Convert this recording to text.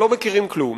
שלא מכירים כלום,